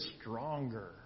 stronger